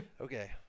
Okay